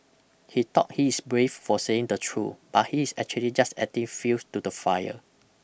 he thought he's brave for saying the truth but he's actually just adding fuel to the fire